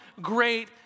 great